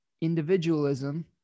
individualism